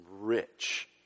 rich